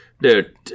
Dude